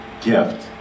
gift